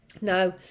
Now